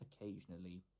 occasionally